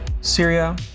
Syria